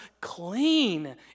clean